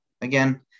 again